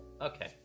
Okay